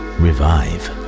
revive